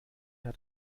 hat